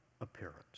appearance